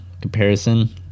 comparison